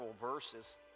verses